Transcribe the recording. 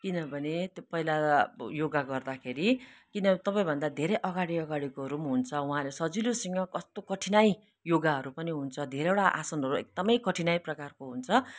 किनभने त्यो पहिला अब योगा गर्दाखेरि किन तपाईँभन्दा धेरै अगाडि अगाडिहरूको पनि हुन्छ उहाँले सजिलोसँग कस्तो कठिनाई योगाहरू पनि हुन्छ धेरैवटा आसनहरू एकदमै कठिनाई प्रकारको हुन्छ